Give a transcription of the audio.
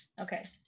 Okay